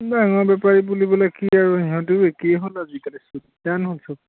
ডঙৰ বেপাৰী বুলিবলৈ কি আৰু সিহঁতেও একেই হ'ল আজিকালি চয়তান হ'ল চব